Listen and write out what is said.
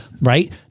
Right